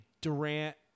Durant